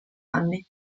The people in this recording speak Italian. anni